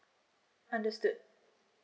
understood